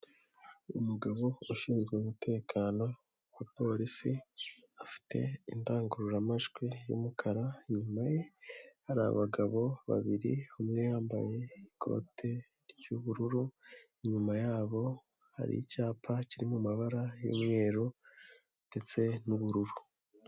Umugabo ushinzwe umutekano wa polisi afite indangururamajwi y'umukara, inyuma ye hari abagabo babiri umwe yambaye ikote ry'ubururu, inyuma yabo hari icyapa kiri mu amabara y'umweru ndetse n'ubururu.